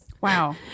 Wow